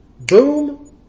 Boom